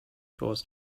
chores